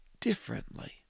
differently